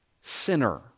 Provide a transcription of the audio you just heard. sinner